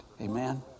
Amen